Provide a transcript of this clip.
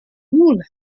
moule